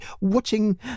watching